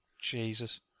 Jesus